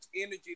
energy